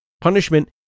Punishment